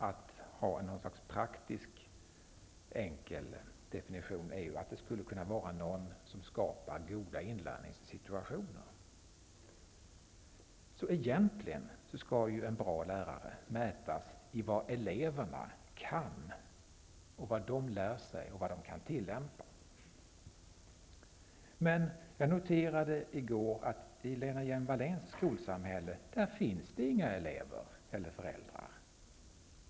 Ett slags praktisk enkel definition skulle kunna vara att en bra lärare är den som skapar goda inlärningssituationer. Egentligen borde en lärares yrkeskunskap mätas i vilka kunskaper eleverna tillägnar sig och som de kan tillämpa. Jag noterade i går att det i Lena Hjelm-Walléns skolsamhälle inte finns några elever och föräldrar.